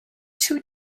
too